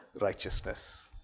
righteousness